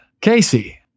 Casey